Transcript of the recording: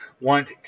want